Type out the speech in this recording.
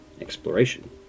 exploration